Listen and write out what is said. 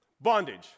Bondage